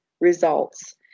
results